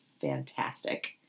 fantastic